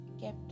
kept